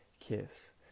kiss